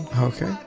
Okay